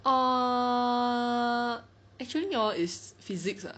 err actually hor is physics ah